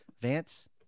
Vance